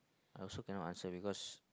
I also can not answer because